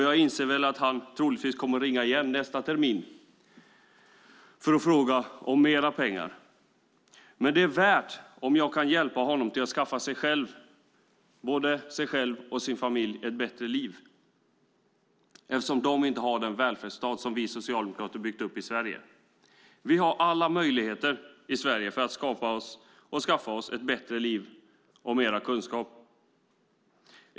Jag inser att han troligtvis kommer att ringa även nästa termin för att be om pengar, men det är det värt om jag kan hjälpa honom att skaffa både sig själv och sin familj ett bättre liv. De har ju inte den välfärdsstat som vi socialdemokrater byggt upp i Sverige. Här har vi alla möjligheter att skaffa oss ett bättre liv och mer kunskap.